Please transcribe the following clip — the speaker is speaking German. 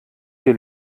dir